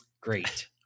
Great